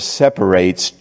separates